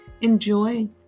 enjoy